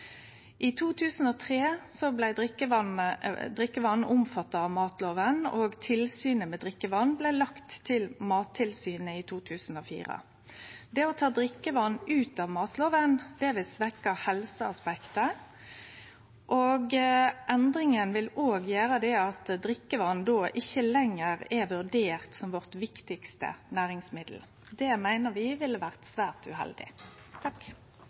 I 2003 blei drikkevatn omfatta av matloven, og tilsynet med drikkevatn blei lagt til Mattilsynet i 2004. Det å ta drikkevatn ut av matloven vil svekkje helseaspektet, og endringa vil òg gjere at drikkevatn ikkje lenger er vurdert som det viktigaste næringsmiddelet vårt. Det meiner vi ville vore svært uheldig.